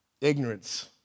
Ignorance